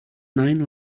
nine